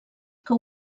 que